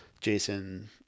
Jason